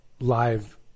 live